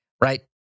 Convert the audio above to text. right